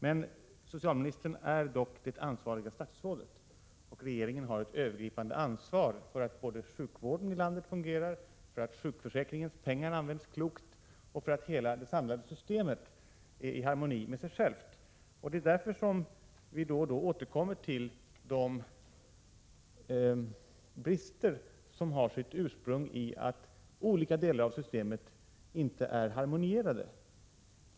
Men socialministern är dock det ansvariga statsrådet, och regeringen har ett övergripande ansvar för att sjukvården i landet fungerar, för att sjukförsäkringens pengar används klokt och för att hela det samlade systemet är i harmoni med sig självt. Det är därför vi då och då återkommer till de brister som har sitt ursprung i att olika delar i systemet inte är harmoniserade.